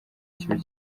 kibi